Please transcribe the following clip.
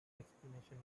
explanation